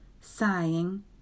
sighing